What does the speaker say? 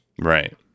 Right